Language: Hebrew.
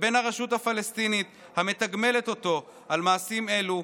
ובין הרשות הפלסטינית המתגמלת אותו על מעשים אלו,